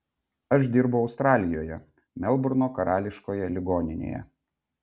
aš dirbau australijoje melburno karališkoje ligoninėje